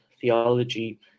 theology